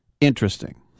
interesting